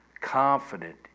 confident